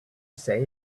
say